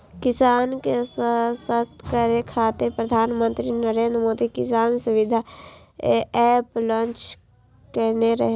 किसान के सशक्त करै खातिर प्रधानमंत्री नरेंद्र मोदी किसान सुविधा एप लॉन्च केने रहै